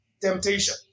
temptation